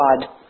God